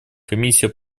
комиссия